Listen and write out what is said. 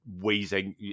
wheezing